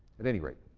at any rate,